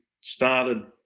started